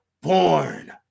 born